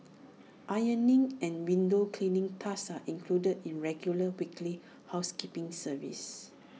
ironing and window cleaning tasks are included in regular weekly housekeeping service